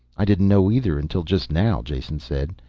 i didn't know either until just now, jason said.